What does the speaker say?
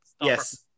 yes